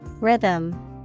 Rhythm